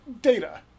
data